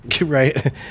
Right